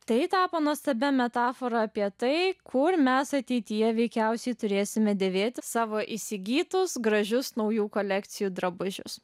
tai tapo nuostabia metafora apie tai kur mes ateityje veikiausiai turėsime dėvėti savo įsigytus gražius naujų kolekcijų drabužius